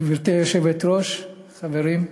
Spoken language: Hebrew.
גברתי היושבת-ראש, חברים,